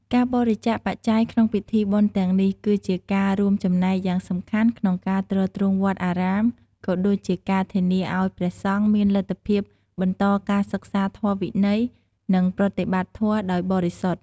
ការបរិច្ចាគបច្ច័យក្នុងពិធីបុណ្យទាំងនេះ គឺជាការរួមចំណែកយ៉ាងសំខាន់ក្នុងការទ្រទ្រង់វត្តអារាម ក៏ដូចជាការធានាឱ្យព្រះសង្ឃមានលទ្ធភាពបន្តការសិក្សាធម៌វិន័យ និងប្រតិបត្តិធម៌ដោយបរិសុទ្ធ។